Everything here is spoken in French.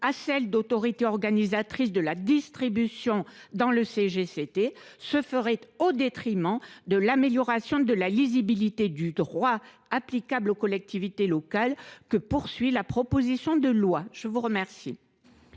à celle d’autorité organisatrice de la distribution dans le CGCT se ferait au détriment de l’amélioration de la lisibilité du droit applicable aux collectivités locales, objectif visé par la proposition de loi. L’amendement